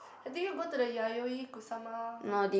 hey did you go to the Yayoi-Kusama